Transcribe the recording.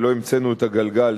ולא המצאנו את הגלגל,